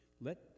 Let